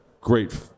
great